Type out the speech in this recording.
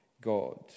God